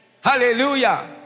Hallelujah